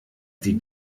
die